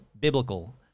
biblical